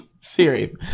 Siri